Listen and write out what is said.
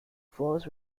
floors